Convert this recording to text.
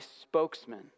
spokesman